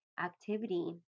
activity